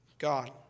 God